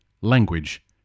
language